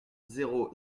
zéro